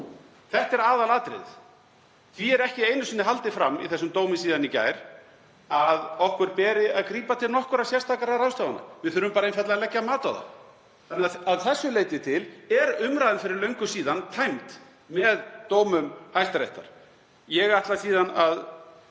Það er aðalatriðið. Því er ekki einu sinni haldið fram í þessum dómi síðan í gær að okkur beri að grípa til nokkurra sérstakra ráðstafana. Við þurfum einfaldlega að leggja mat á það. Þannig að að þessu leyti til er umræðan fyrir löngu síðan tæmd með dómum Hæstaréttar. Ég ætla síðan að